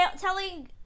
Telling